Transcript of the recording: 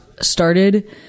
started